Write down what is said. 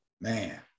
Man